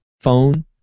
phone